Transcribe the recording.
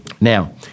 Now